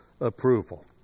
approval